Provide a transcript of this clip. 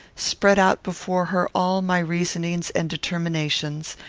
spread out before her all my reasonings and determinations,